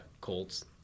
Colts